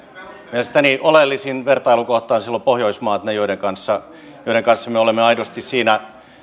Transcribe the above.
mielestäni oleellisin vertailukohta on silloin pohjoismaat ne joiden kanssa joiden kanssa me olemme aidosti siinä